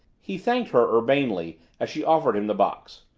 he thanked her urbanely as she offered him the box.